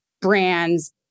brands